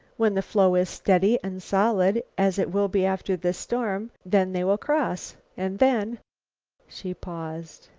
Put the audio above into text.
when the floe is steady and solid, as it will be after this storm, then they will cross. and then she paused.